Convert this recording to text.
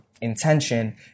intention